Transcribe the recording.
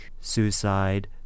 suicide